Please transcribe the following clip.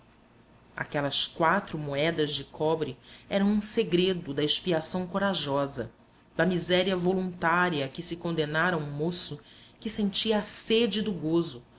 aquelas quatro moedas de cobre eram um segredo da expiação corajosa da miséria voluntária a que se condenara um moço que sentia a sede do gozo